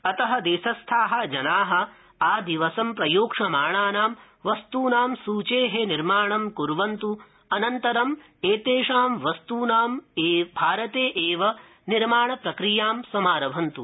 अत देशस्था जना आदिवसं प्रयोक्ष्यमाणानां वस्तुनां सुचे निर्माणं कुर्वन्तु अनंतरम त्रिषां वस्तुनां भारते वि निर्माण प्रक्रियां समारभन्त्